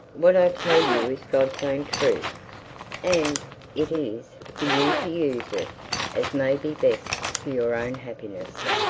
what i tell you is god's own truth and it is for you to use it as may be best for your own happiness.